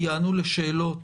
יענו לשאלות